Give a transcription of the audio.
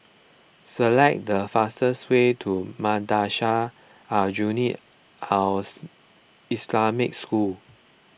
select the fastest way to Madrasah Aljunied Al Islamic School